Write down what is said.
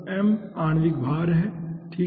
M आणविक भार है ठीक है